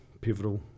pivotal